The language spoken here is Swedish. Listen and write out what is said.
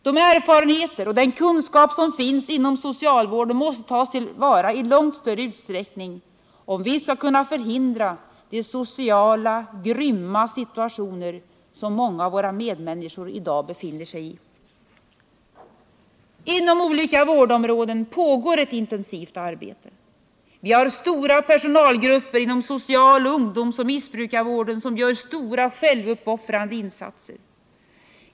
De erfarenheter och den kunskap som finns inom socialvården måste tas till vara i långt större utsträckning, om vi skall kunna förhindra de grymma sociala situationer som många av våra medmänniskor i dag befinner sig i. Inom olika vårdområden pågår ett intensivt arbete. Vi har stora personalgrupper inom social-, ungdomsoch missbrukarvården som gör stora självuppoffrande insatser.